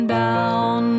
down